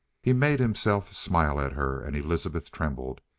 he made himself smile at her, and elizabeth trembled.